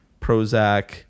Prozac